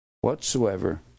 whatsoever